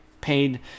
paid